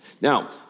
Now